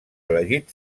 elegit